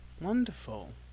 Wonderful